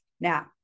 Now